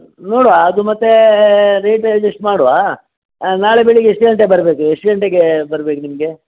ನೋಡುವ ಅದು ಮತ್ತು ರೇಟ್ ಅಜ್ಜೆಸ್ಟ್ ಮಾಡುವ ನಾಳೆ ಬೆಳಗ್ಗೆ ಎಷ್ಟು ಗಂಟೆಗೆ ಬರಬೇಕು ಎಷ್ಟು ಗಂಟೆಗೆ ಬರ್ಬೇಕು ನಿಮಗೆ